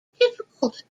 difficult